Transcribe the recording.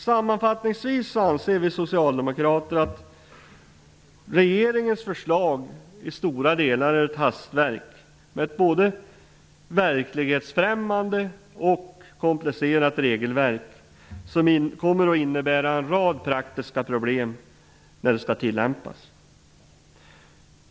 Sammanfattningsvis anser vi socialdemokrater att regeringens förslag i stora delar är ett hastverk. Det är ett både verklighetsfrämmande och komplicerat regelverk som kommer att innebära en rad praktiska problem när det skall tillämpas.